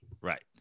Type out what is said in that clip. Right